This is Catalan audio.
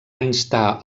instar